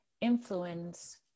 influence